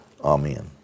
amen